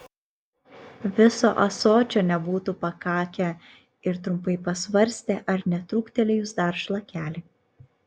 viso ąsočio nebūtų pakakę ir trumpai pasvarstė ar netrūktelėjus dar šlakelį